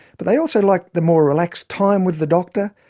but they also liked the more relaxed time with the doctor,